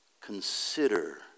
Consider